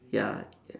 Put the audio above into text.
ya